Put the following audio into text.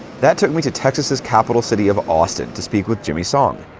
that took me to texas' capital city of austin to speak with jimmy song.